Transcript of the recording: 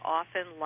often